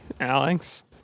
Alex